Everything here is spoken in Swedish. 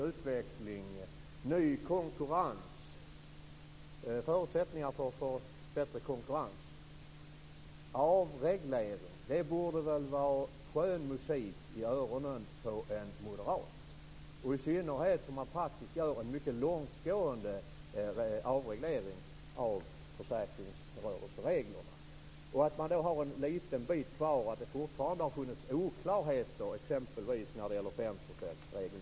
Fru talman! Att underlätta produktutveckling, ge bättre förutsättningar för konkurrens och avreglering borde låta som skön musik för en moderat. Här görs dessutom en mycket långtgående avreglering av försäkringsrörelsereglerna. Det finns en liten bit kvar. Det råder fortfarande oklarheter när det gäller 5 procentsregeln.